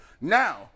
Now